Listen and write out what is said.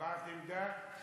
הבעת עמדה.